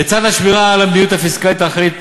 לצד השמירה על המדיניות הפיסקלית האחראית,